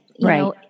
Right